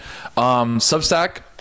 Substack